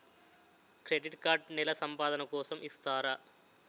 Credit card నెల సంపాదన కోసం ఇస్తారా?